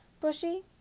bushy